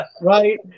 Right